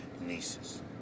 Nieces